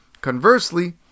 Conversely